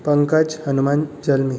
पंकज Hanumant जल्मी